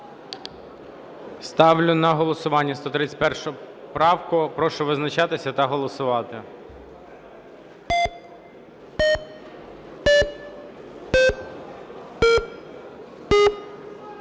Ставлю на голосування 134 правку. Прошу визначатись та голосувати.